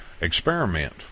Experiment